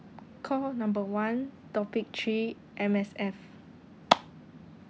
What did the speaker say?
call number one topic three M_S_F